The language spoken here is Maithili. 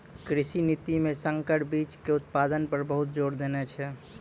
कृषि नीति मॅ संकर बीच के उत्पादन पर बहुत जोर देने छै